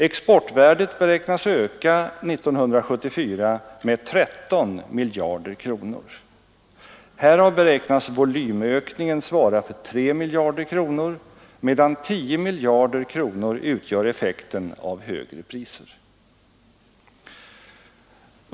Exportvärdet beräknas öka 1974 med 13 miljarder kronor. Härav beräknas volymökningen svara för 3 miljarder kronor, medna 10 miljarder kronor utgör effekten av högre priser.